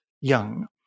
young